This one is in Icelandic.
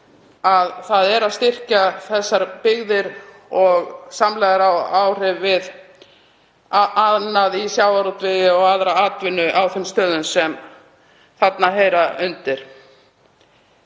að það styrkir þessar byggðir og hefur samlegðaráhrif við annað í sjávarútvegi og aðra atvinnu á þeim stöðum sem þar heyra undir.